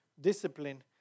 discipline